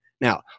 Now